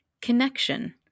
Connection